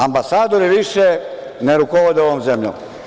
Ambasadori više ne rukovode ovom zemljom.